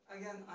again